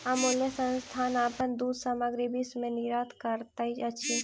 अमूल संस्थान अपन दूध सामग्री विश्व में निर्यात करैत अछि